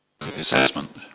assessment